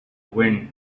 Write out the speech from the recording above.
wind